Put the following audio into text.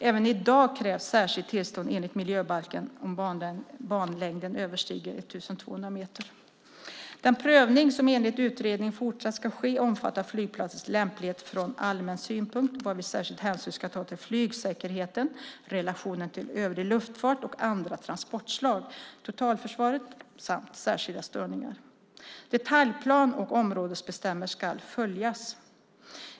Även i dag krävs särskilt tillstånd enligt miljöbalken om banlängden överstiger 1 200 meter. Den prövning som enligt utredningen fortsatt ska ske omfattar flygplatsens lämplighet från allmän synpunkt varvid särskild hänsyn ska tas till flygsäkerheten, relationen till övrig luftfart och andra transportslag, totalförsvaret samt särskilda störningar. Detaljplan och områdesbestämmelser ska följas.